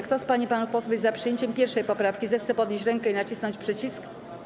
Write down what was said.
Kto z pań i panów posłów jest za przyjęciem 1. poprawki, zechce podnieść rękę i nacisnąć przycisk.